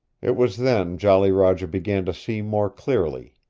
it was then jolly roger began to see more clearly.